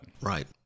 Right